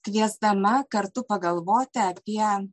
kviesdama kartu pagalvoti apie